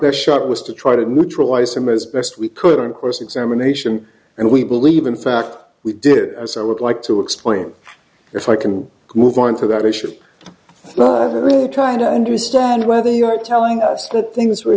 best shot was to try to neutralize him as best we could on course examination and we believe in fact we did it as i would like to explain if i can move on to that issue really trying to understand why they are telling us that things were